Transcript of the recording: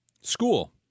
School